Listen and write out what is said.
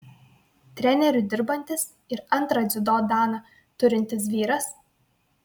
treneriu dirbantis ir antrą dziudo daną turintis vyras